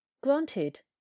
Granted